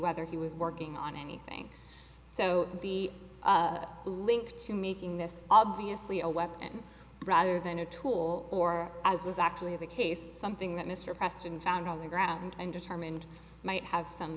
whether he was working on anything so be linked to making this obviously a weapon rather than a tool or as was actually the case something that mr preston found on the ground and determined might have some